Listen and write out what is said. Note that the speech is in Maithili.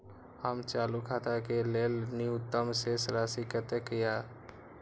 हमर चालू खाता के लेल न्यूनतम शेष राशि कतेक या?